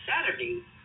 Saturday